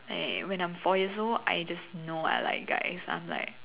like when I'm four years old I just know I like guys I was like